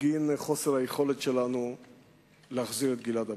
של חוסר היכולת שלנו להחזיר את גלעד הביתה.